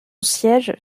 siège